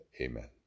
Amen